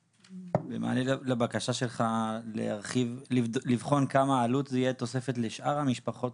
במענה לבקשה שלך לבחון כמה עלות זה יהיה תוספת לשאר המשפחות,